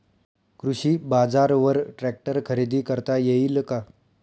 कृषी बाजारवर ट्रॅक्टर खरेदी करता येईल का?